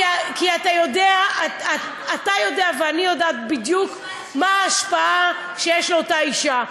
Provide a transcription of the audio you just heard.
כי אתה יודע ואני יודעת בדיוק מה ההשפעה שיש לאותה אישה.